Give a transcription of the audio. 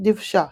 דבשה